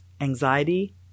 Anxiety